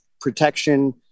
protection